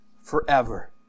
forever